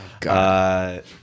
God